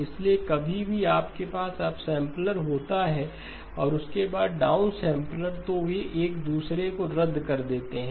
इसलिए कभी भी आपके पास अपसैंपलर होता है और उसके बाद डाउनसैंपलर तो वे एक दूसरे को रद्द कर देते हैं